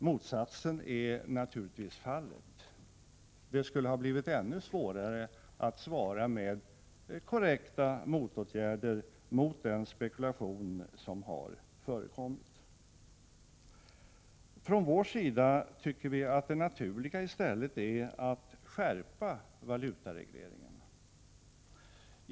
Motsatsen är naturligtvis fallet; det skulle ha blivit ännu svårare att svara med korrekta motåtgärder mot den spekulation som har förekommit. Från vpk:s sida tycker vi att det naturliga i stället är att skärpa valutaregleringarna.